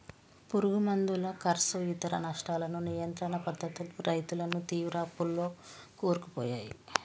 పురుగు మందుల కర్సు ఇతర నష్టాలను నియంత్రణ పద్ధతులు రైతులను తీవ్ర అప్పుల్లో కూరుకుపోయాయి